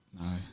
No